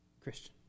Christian